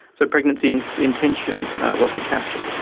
so pregnancy intention wasn't captured.